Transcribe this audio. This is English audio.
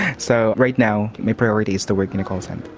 so right now my priority is to work in a call centre.